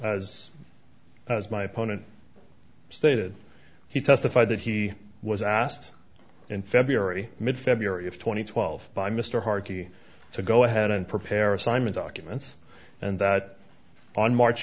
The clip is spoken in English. as as my opponent stated he testified that he was asked in february mid february of two thousand and twelve by mr harvey to go ahead and prepare assignment documents and that on march